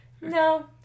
No